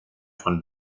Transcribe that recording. von